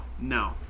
no